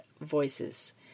voices